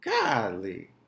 Golly